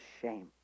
shame